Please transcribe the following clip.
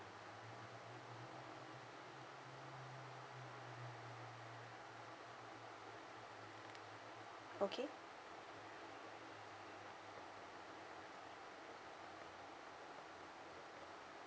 okay